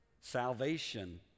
Salvation